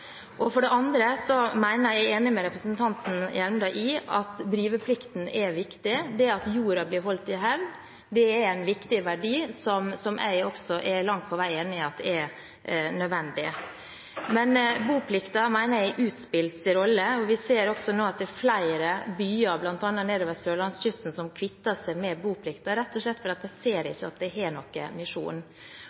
Jeg er enig med representanten Hjemdal i at driveplikten er viktig. Det at jorden blir holdt i hevd, er en viktig verdi som jeg også langt på vei er enig i er nødvendig. Men boplikten mener jeg har utspilt sin rolle. Vi ser også nå at det er flere byer, bl.a. nedover sørlandskysten, som kvitter seg med boplikten, rett og slett fordi de ikke ser at den har noen misjon.